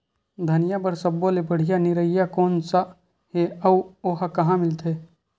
धनिया बर सब्बो ले बढ़िया निरैया कोन सा हे आऊ ओहा कहां मिलथे?